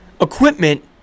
equipment